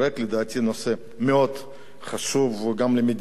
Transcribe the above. הנושא מאוד חשוב גם למדינת ישראל,